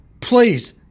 please